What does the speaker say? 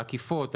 העקיפות,